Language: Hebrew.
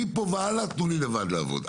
מפה והלאה תנו לי לעבוד לבד,